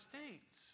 States